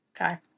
Okay